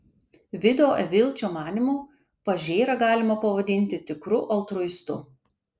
vido evilčio manymu pažėrą galima pavadinti tikru altruistu